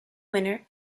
winner